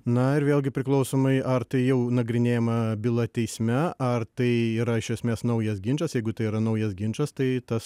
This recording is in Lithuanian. na ir vėlgi priklausomai ar tai jau nagrinėjama byla teisme ar tai yra iš esmės naujas ginčas jeigu tai yra naujas ginčas tai tas